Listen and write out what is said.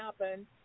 happen